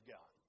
God